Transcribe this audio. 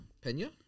Pena